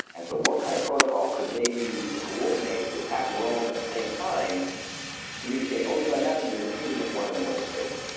and so what kind of protocol could they use to coordinate to attack rome at the same time communicating only by messenger even if one of them was a traitor?